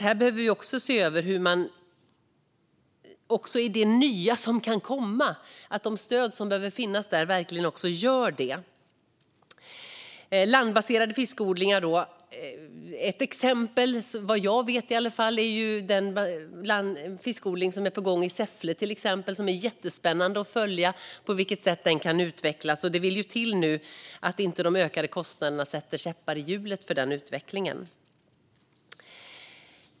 Här behöver vi se över det nya som kan komma och att de stöd som behöver finnas där verkligen finns där. Det handlar om landbaserade fiskodlingar. Ett exempel som i varje fall jag känner till är den fiskodling som till exempel är på gång i Säffle. Det är jättespännande att följa på vilket sätt den kan utvecklas. Det vill nu till att inte de ökade kostnaderna sätter käppar i hjulet för den utvecklingen.